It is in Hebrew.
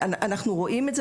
אנחנו רואים את זה,